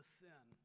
sin